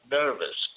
nervous